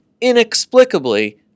inexplicably